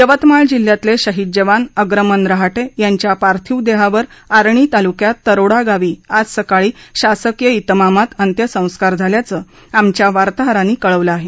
यवतमाळ जिल्ह्यातले शहीद जवान अग्रमन रहाटे यांच्या पार्थिव देहावर आर्णी तालुक्यात तरोडा गावी आज सकाळी शासकीय तिमामात अंत्यसंस्कार झाल्याचं आल्याचे आमच्या वार्ताहरांनी कळवलं आहे